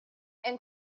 and